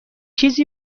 چیزی